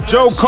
Joe